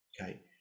Okay